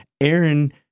Aaron